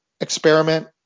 experiment